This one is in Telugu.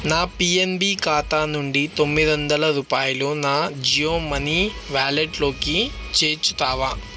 నా పిఎన్బీ ఖాతా నుండి తొమ్మిది వందల రూపాయలు నా జియో మనీ వాలెట్లోకి చేర్చుతావా